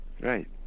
Right